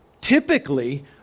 typically